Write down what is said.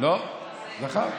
לא, זכר.